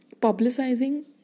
publicizing